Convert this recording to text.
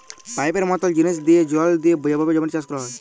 পাইপের মতল জিলিস দিঁয়ে জল দিঁয়ে যেভাবে জমিতে চাষ ক্যরা হ্যয়